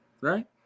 right